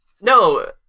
No